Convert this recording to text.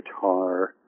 guitar